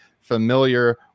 familiar